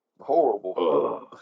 horrible